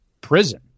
prison